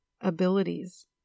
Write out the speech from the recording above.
abilities